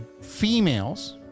females